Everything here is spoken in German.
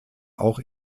auch